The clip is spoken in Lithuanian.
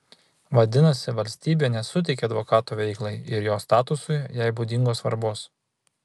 vadinasi valstybė nesuteikia advokato veiklai ir jo statusui jai būdingos svarbos